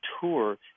tour